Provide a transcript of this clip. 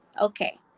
Okay